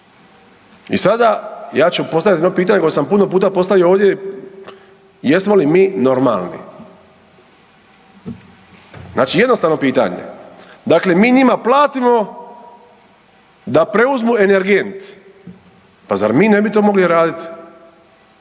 I sada ja ću postavit jedno pitanje koje sam puno puta postavio ovdje, jesmo li mi normalni? Znači jednostavno pitanje, dakle mi njima platimo da preuzmu energent. Pa zar mi ne bi to mogli radit?